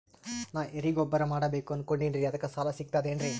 ನಾ ಎರಿಗೊಬ್ಬರ ಮಾಡಬೇಕು ಅನಕೊಂಡಿನ್ರಿ ಅದಕ ಸಾಲಾ ಸಿಗ್ತದೇನ್ರಿ?